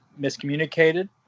miscommunicated